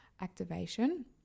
activation